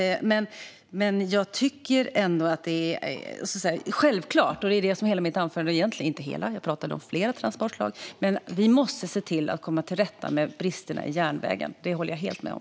Men som jag sa i mitt anförande - även om jag talade om flera transportslag där - måste vi självklart se till att komma till rätta med bristerna i järnvägen. Det håller jag helt med om.